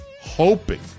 hoping